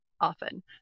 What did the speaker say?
often